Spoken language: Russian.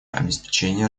обеспечения